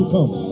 Come